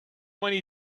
many